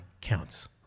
counts